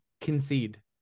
concede